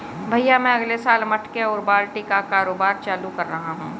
भैया मैं अगले साल मटके और बाल्टी का कारोबार चालू कर रहा हूं